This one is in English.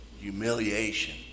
humiliation